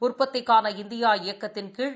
உற்பத்திக்கான இந்தியா இயக்கத்தின் கீழ்